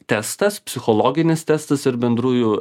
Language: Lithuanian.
testas psichologinis testas ir bendrųjų